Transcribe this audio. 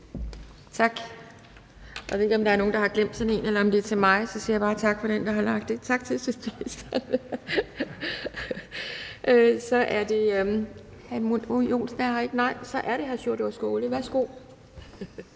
Tak. Jeg ved ikke, om der er nogen, der har glemt sådan en kuglepen, eller om den er til mig. Så jeg siger bare tak til den, der har lagt den. Hr. Edmund Joensen er her ikke. Så er det hr. Sjúrður Skaale. Værsgo.